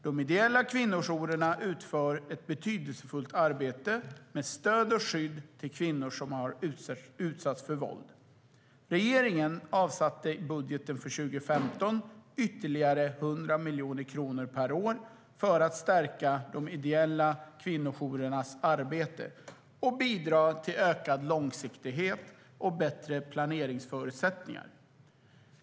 De ideella kvinnojourerna utför ett betydelsefullt arbete med stöd och skydd till kvinnor som har utsatts för våld. Regeringen avsatte i budgeten för 2015 ytterligare 100 miljoner kronor per år för att stärka de ideella kvinnojourernas arbete och bidra till ökad långsiktighet och bättre planeringsförutsättningar.